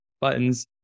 buttons